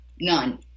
None